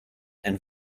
and